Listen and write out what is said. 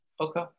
Okay